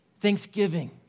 thanksgiving